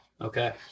Okay